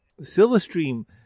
Silverstream